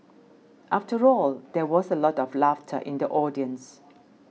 after all there was a lot of laughter in the audience